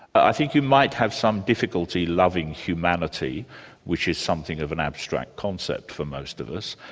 i think you might have some difficulty loving humanity which is something of an abstract concept for most of us,